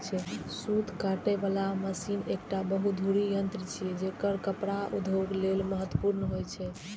सूत काटे बला मशीन एकटा बहुधुरी यंत्र छियै, जेकर कपड़ा उद्योग लेल महत्वपूर्ण होइ छै